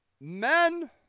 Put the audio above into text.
Men